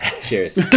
Cheers